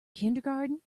kindergarten